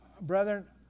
brethren